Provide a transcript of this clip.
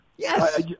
Yes